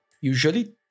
usually